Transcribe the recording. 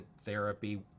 therapy